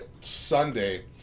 Sunday